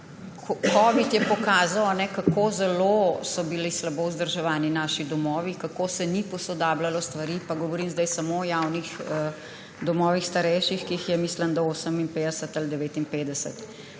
Covid je pokazal, kako zelo slabo so bili vzdrževani naši domovi, kako se stvari niso posodabljale, pa govorim zdaj samo o javnih domovih starejših, ki jih je, mislim da, 58 ali 59.